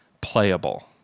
playable